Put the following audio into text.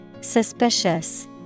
Suspicious